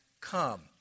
come